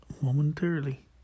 momentarily